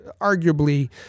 arguably